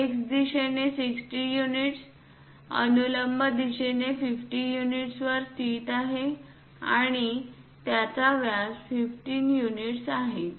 हे X दिशेने 60 units अनुलंब दिशेने 50 युनिट्स वर स्थित आहे आणि त्याचा व्यास 15 युनिट आहे